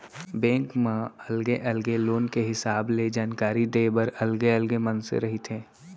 bank म अलगे अलगे लोन के हिसाब ले जानकारी देय बर अलगे अलगे मनसे रहिथे